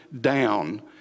down